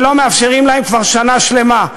שלא מאפשרים להם כבר שנה שלמה,